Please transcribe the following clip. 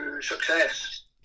success